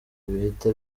bihita